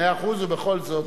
מאה אחוז, ובכל זאת.